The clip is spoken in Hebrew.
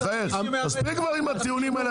בחייך, מספיק כבר עם הציונים האלה.